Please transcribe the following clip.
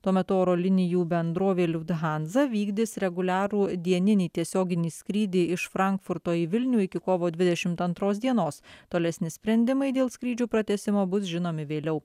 tuo metu oro linijų bendrovė lufthansa vykdys reguliarų dieninį tiesioginį skrydį iš frankfurto į vilnių iki kovo dvidešimt antros dienos tolesni sprendimai dėl skrydžių pratęsimo bus žinomi vėliau